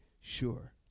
sure